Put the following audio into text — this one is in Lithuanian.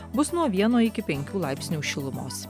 bus nuo vieno iki penkių laipsnių šilumos